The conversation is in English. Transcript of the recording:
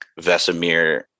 Vesemir